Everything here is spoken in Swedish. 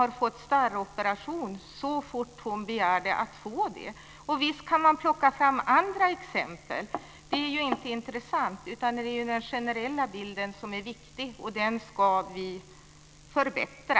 Hon fick en starroperation så fort hon begärde att få det. Visst kan man plocka fram andra exempel, men det är inte intressant. Det är ju den generella bilden som är viktig, och den ska vi förbättra.